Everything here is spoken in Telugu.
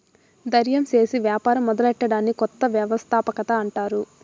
దయిర్యం సేసి యాపారం మొదలెట్టడాన్ని కొత్త వ్యవస్థాపకత అంటారు